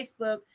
Facebook